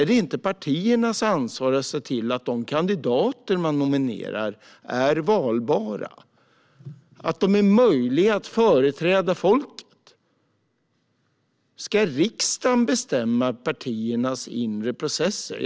Är det inte partiernas ansvar att se till att de kandidater de nominerar är valbara, att de är möjliga att företräda folket? Ska riksdagen bestämma partiernas inre processer?